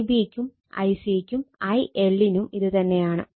Ib ക്കും Ic ക്കും IL നും ഇത് തന്നെയാണ്